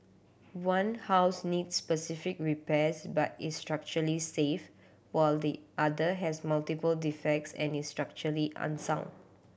one house needs specific repairs but is structurally safe while the other has multiple defects and is structurally unsound